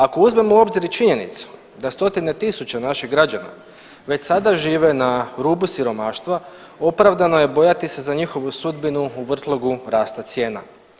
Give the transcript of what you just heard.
Ako uzmemo u obzir i činjenicu da stotine tisuća naših građana već sada žive na rubu siromaštva opravdano je bojati se za njihovu sudbinu u vrtlogu rasta cijena.